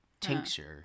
tincture